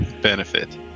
benefit